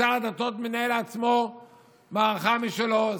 ושר הדתות מנהל לעצמו מערכה משלו,